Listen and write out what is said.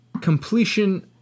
completion